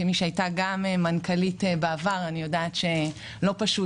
כמי שהייתה גם מנכ"לית בעבר אני יודעת שלא פשוט